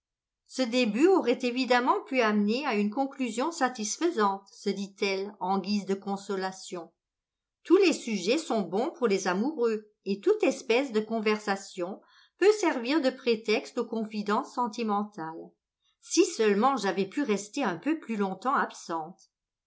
ce début aurait évidemment pu amener à une conclusion satisfaisante se dit-elle en guise de consolation tous les sujets sont bons pour les amoureux et toute espèce de conversation peut servir de prétexte aux confidences sentimentales si seulement j'avais pu rester un peu plus longtemps absente